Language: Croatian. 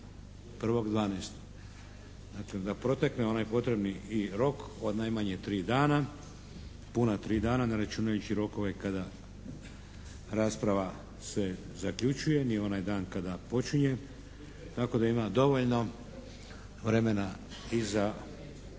1.12. Dakle, da protekne onaj potrebni i rok od najmanje tri dana, puna tri dana ne računajući rokove kada rasprava se zaključuje ni onaj dan kada počinje tako da ima dovoljno vremena i za